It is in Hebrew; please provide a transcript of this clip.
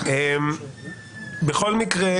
גור,